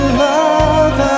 love